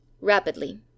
Rapidly